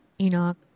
Enoch